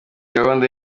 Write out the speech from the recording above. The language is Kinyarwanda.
gahunda